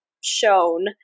shown